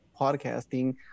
podcasting